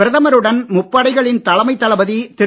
பிரதமருடன் முப்படைகளின் தலைமை தளபதி திரு